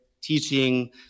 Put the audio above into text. teaching